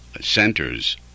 centers